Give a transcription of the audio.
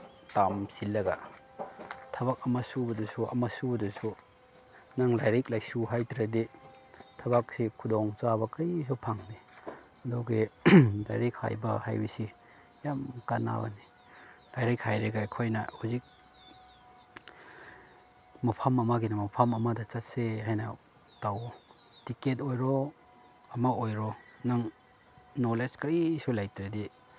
ꯇꯝꯁꯤꯜꯂꯒ ꯊꯕꯛ ꯑꯃ ꯁꯨꯕꯗꯁꯨ ꯑꯃ ꯁꯨꯕꯗꯁꯨ ꯅꯪ ꯂꯥꯏꯔꯤꯛ ꯂꯥꯏꯁꯨ ꯍꯩꯇ꯭ꯔꯗꯤ ꯊꯕꯛꯁꯤ ꯈꯨꯗꯣꯡꯆꯥꯕ ꯀꯔꯤꯁꯨ ꯐꯪꯗꯦ ꯑꯗꯨꯒꯤ ꯂꯥꯏꯔꯤꯛ ꯍꯩꯕ ꯍꯥꯏꯕꯁꯤ ꯌꯥꯝ ꯀꯥꯅꯕꯅꯤ ꯂꯥꯏꯔꯤꯛ ꯍꯩꯔꯒ ꯑꯩꯈꯣꯏꯅ ꯍꯧꯖꯤꯛ ꯃꯐꯝ ꯑꯃꯒꯤꯅ ꯃꯐꯝ ꯑꯃꯗ ꯆꯠꯁꯦ ꯍꯥꯏꯅ ꯇꯧꯑꯣ ꯇꯤꯀꯦꯠ ꯑꯣꯏꯔꯣ ꯑꯃ ꯑꯣꯏꯔꯣ ꯅꯪ ꯅꯣꯂꯦꯖ ꯀꯔꯤꯁꯨ ꯂꯩꯇ꯭ꯔꯗꯤ